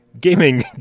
gaming